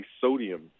sodium